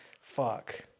fuck